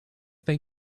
they